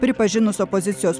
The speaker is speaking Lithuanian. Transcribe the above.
pripažinus opozicijos